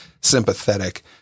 sympathetic